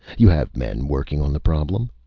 you have men working on the problem?